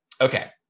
Okay